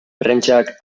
prentsak